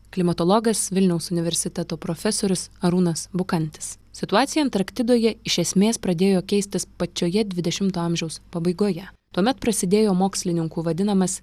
klimatologas vilniaus universiteto profesorius arūnas bukantis situacija antarktidoje iš esmės pradėjo keistis pačioje dvidešimto amžiaus pabaigoje tuomet prasidėjo mokslininkų vadinamas